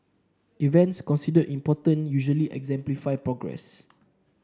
events considered important usually exemplify progress